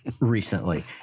recently